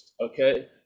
okay